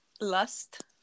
lust